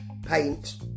Paint